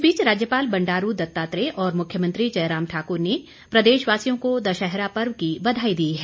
इस बीच राज्यपाल बंडारू दत्तात्रेय और मुख्यमंत्री जयराम ठाकुर ने प्रदेशवासियों को दशहरा पर्व की बधाई दी है